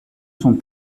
son